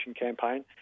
campaign